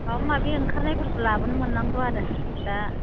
माबा माबि ओंखारनायफोरखौ लाबोनो मोननांगौ आरो दा